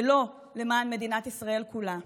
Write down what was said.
ולא למען מדינת ישראל כולה.